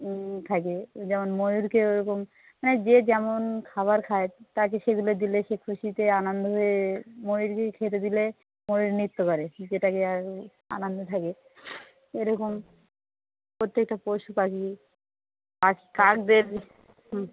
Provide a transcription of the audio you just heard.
হুম খাবে যেমন ময়ূরকে ওরকম মানে যে যেমন খাবার খায় তাকে সেগুলো দিলে সে খুশিতে আনন্দ হয়ে ময়ূরকে খেতে দিলে ময়ূর নৃত্য করে যেটা ইয়ে আনন্দে থাকে এইরকম প্রত্যেকটা পশু পাখি আর কাকদের হুম